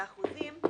ואחוזים.